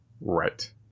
Right